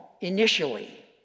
initially